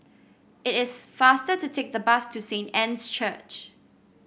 it is faster to take the bus to Saint Anne's Church